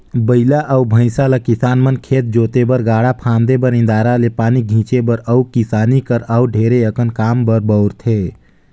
बइला अउ भंइसा ल किसान मन खेत जोते बर, गाड़ा फांदे बर, इन्दारा ले पानी घींचे बर अउ किसानी कर अउ ढेरे अकन काम बर बउरथे